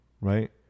right